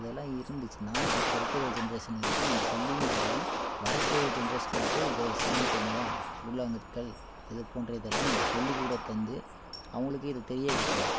அதெல்லாம் இருந்துச்சுன்னால் இப்போ இருக்கிற ஜென்ரேஷனுக்கு நம்ம சொல்லியும் தரலாம் வர போகும் ஜென்ரேஷங்களுக்கு இதை ஸ்டாம்புங்கள் கூழாங்கற்கள் இது போன்ற இதல்லாம் நம்ம சொல்லிக்கூட தந்து அவங்களுக்கு இதை தெரிய வைக்கலாம்